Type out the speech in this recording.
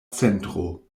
centro